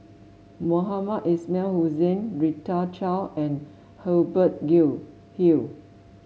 Mohamed Ismail Hussain Rita Chao and Hubert You Hill